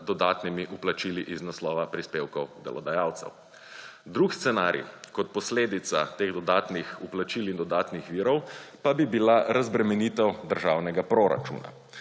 dodatnimi vplačili iz naslova prispevkov delodajalcev. Drugi scenarij kot posledica teh dodatnih vplačil in dodatnih virov pa bi bila razbremenitev državnega proračuna.